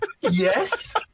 Yes